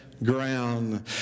Ground